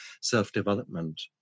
self-development